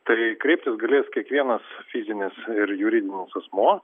tai kreiptis galės kiekvienas fizinis ir juridinis asmuo